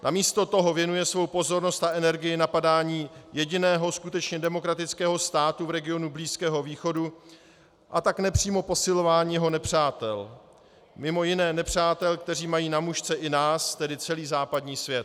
Namísto toho věnuje svou pozornost a energii napadání jediného skutečně demokratického státu v regionu Blízkého východu, a tak nepřímo posilování jeho nepřátel, mimo jiné nepřátel, kteří mají na mušce i nás, tedy celý západní svět.